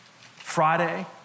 Friday